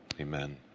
Amen